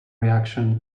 reaction